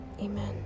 amen